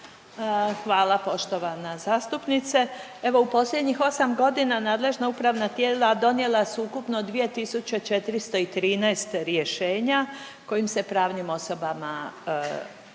Hvala poštovana zastupnice. Evo u posljednjih 8 godina nadležna upravna tijela donijela su ukupno 2413 rješenja kojim se pravnim osobama,